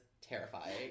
terrifying